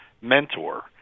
mentor